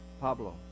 Pablo